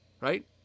right